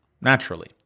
naturally